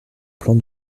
plan